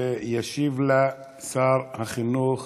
וישיב לה שר החינוך